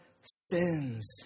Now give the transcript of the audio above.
sins